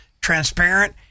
transparent